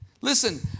Listen